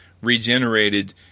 regenerated